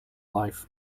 life